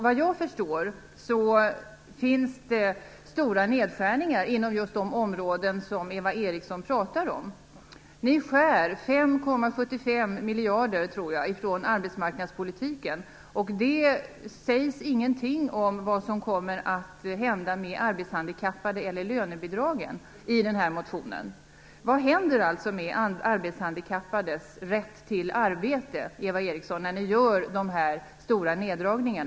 Vad jag förstår finns det stora nedskärningar inom just de områden som Eva Eriksson pratar om. Ni skär bort 5,75 miljarder, tror jag, från arbetsmarknadspolitiken. Det sägs ingenting i motionen om vad som kommer att hända med de arbetshandikappade eller med lönebidragen. Vad händer, Eva Eriksson, med de arbetshandikappades rätt till arbete när ni gör så här stora neddragningar?